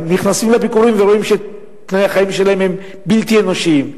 ורואים שתנאי החיים שלהם בלתי אנושיים?